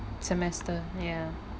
semester ya